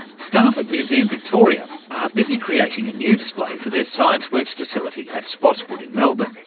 staff at museum victoria are busy creating a new display for their scienceworks facility at spotswood you know but